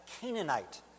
Canaanite